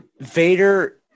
Vader –